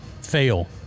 fail